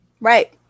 Right